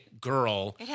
Girl